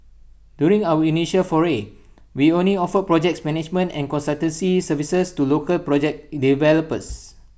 during our initial foray we only offered projects management and consultancy services to local project developers